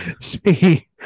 See